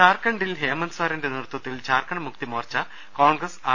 ജാർഖണ്ഡിൽ ഹേമന്ത് സോരന്റെ നേതൃത്വത്തിൽ ജാർഖണ്ഡ് മുക്തിമോർച്ച കോൺഗ്രസ് ആർ